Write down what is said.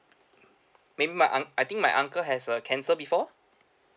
maybe my un I think my uncle has uh cancer before